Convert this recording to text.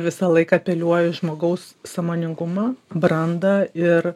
visąlaik apeliuoju į žmogaus sąmoningumą brandą ir